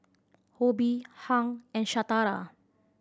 Obie Hank and Shatara